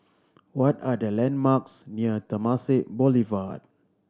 what are the landmarks near Temasek Boulevard